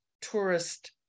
tourist